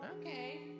Okay